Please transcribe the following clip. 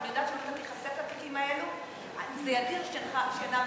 ואני יודעת שאם אתה תיחשף לתיקים האלה זה ידיר שינה מעיניך.